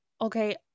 okay